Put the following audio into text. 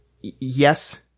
yes